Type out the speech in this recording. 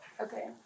Okay